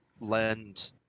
lend